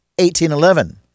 1811